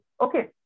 Okay